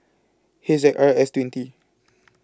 H Z R S twenty